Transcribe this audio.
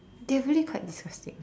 they are really quite disgusting